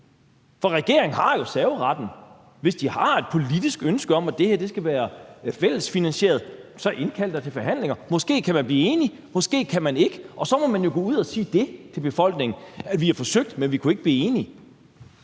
Regeringen har jo serveretten. Hvis regeringen har et politisk ønske om, at det her skal være fællesfinansieret, så indkald da til forhandlinger. Måske kan man blive enige, måske kan man ikke, og så må man jo gå ud at sige det til befolkningen – at man har forsøgt, men at man ikke kunne blive enige.